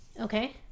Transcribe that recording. Okay